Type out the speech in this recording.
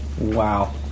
Wow